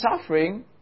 suffering